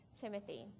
Timothy